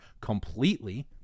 completely